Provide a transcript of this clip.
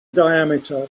diameter